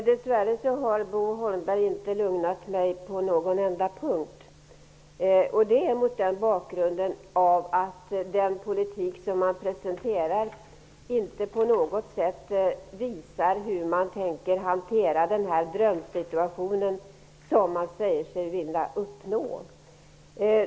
Herr talman! Bo Holmberg har dess värre inte lugnat mig på någon enda punkt, eftersom den politik som han presenterar inte på något sätt visar hur man tänker hantera den drömsituation som han säger sig vilja uppnå.